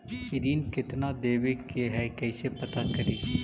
ऋण कितना देवे के है कैसे पता करी?